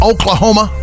Oklahoma